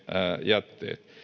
jätteet